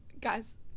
Guys